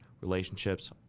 relationships